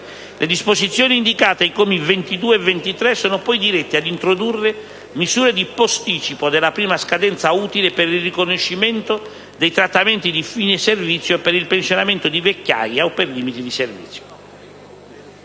Le disposizioni indicate ai commi 22 e 23 sono poi dirette ad introdurre misure di posticipo della prima scadenza utile per il riconoscimento dei trattamenti di fine servizio per il pensionamento di vecchiaia o per limiti di servizio.